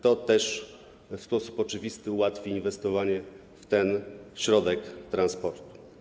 To też w sposób oczywisty ułatwi inwestowanie w ten środek transportu.